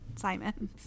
Simon